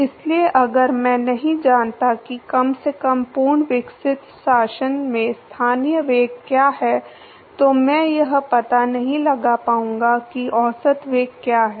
इसलिए अगर मैं नहीं जानता कि कम से कम पूर्ण विकसित शासन में स्थानीय वेग क्या है तो मैं यह पता नहीं लगा पाऊंगा कि औसत वेग क्या है